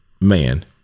man